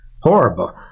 horrible